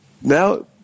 now –